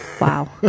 Wow